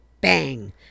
bang